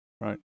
Right